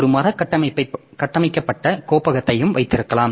ஒரு மர கட்டமைக்கப்பட்ட கோப்பகத்தையும் வைத்திருக்கலாம்